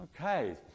Okay